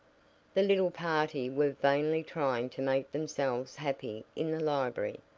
the little party were vainly trying to make themselves happy in the library,